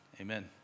Amen